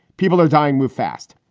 people are dying, move fast.